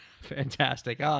Fantastic